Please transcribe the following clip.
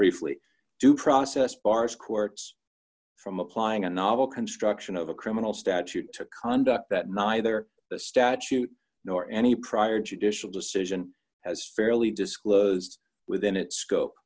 briefly due process bars courts from applying a novel construction of a criminal statute to conduct that neither the statute nor any prior judicial decision has fairly disclosed within its scope